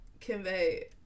convey